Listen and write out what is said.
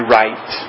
right